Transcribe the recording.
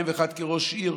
וב-2001 כראש עיר,